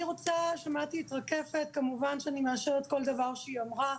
שמעתי את רקפת וכמובן שאני מאשרת כל דבר שהיא אמרה.